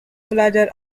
belajar